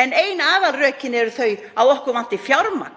Ein aðalrökin eru þau að okkur vanti fjármagn